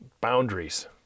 boundaries